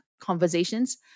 Conversations